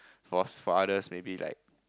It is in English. for us fathers maybe like